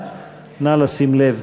המליאה, נא לשים לב.